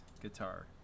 guitar